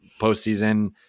postseason